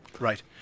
Right